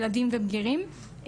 ילדים ובגירים,